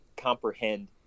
Comprehend